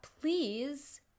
please